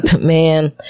Man